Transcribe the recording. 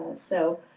so,